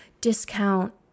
discount